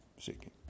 seeking